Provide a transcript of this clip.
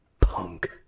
Punk